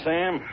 Sam